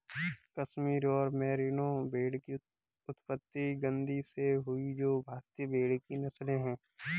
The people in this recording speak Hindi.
कश्मीर और मेरिनो भेड़ की उत्पत्ति गद्दी से हुई जो भारतीय भेड़ की नस्लें है